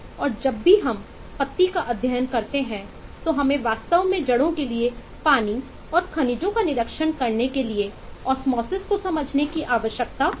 और जब भी हम पत्ती का अध्ययन करते हैं तो हमें वास्तव में जड़ों के लिए पानी और खनिजों का निरीक्षण करने के लिए ऑस्मोसिस को समझने की आवश्यकता नहीं है